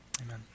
Amen